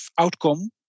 outcome